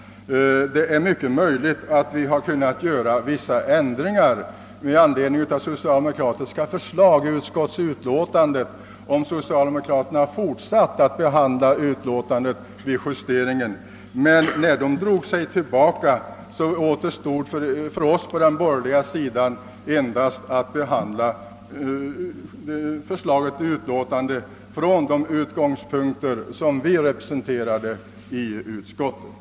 Det är mycket möjligt att vi kunnat göra vissa ändringar i utskottsutlåtandet med anledning av socialdemokratiska förslag, om socialdemokraterna fortsatt att behandla utlåtandet vid justeringen. Men när de drog sig tillbaka återstod endast för oss på den borgerliga sidan att ta ställning till förslaget och utlåtandet med utgångspunkt i de politiska uppfattningar vi representerade i utskottet.